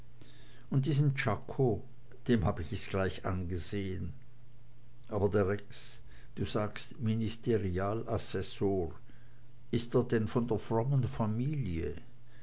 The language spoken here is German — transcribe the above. und diesem czako dem hab ich es gleich angesehn aber der rex du sagst ministerialassessor ist er denn von der frommen familie